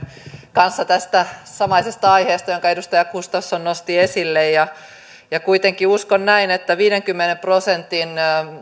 kanssa tästä samaisesta aiheesta jonka edustaja gustafsson nosti esille kuitenkin uskon näin että viidenkymmenen prosentin